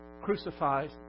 crucified